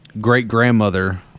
great-grandmother